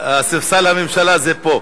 ספסל הממשלה זה פה.